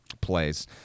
plays